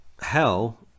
hell